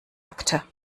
akte